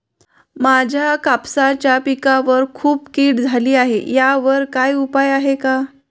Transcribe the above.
माझ्या कापसाच्या पिकावर खूप कीड झाली आहे यावर काय उपाय आहे का?